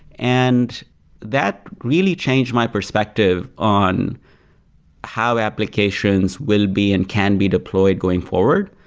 and that really changed my perspective on how applications will be and can be deployed going forward.